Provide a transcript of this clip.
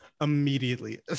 immediately